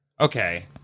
okay